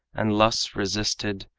and lusts resisted,